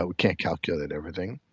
ah can't calculate everything.